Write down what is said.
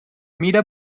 mira